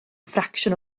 ffracsiwn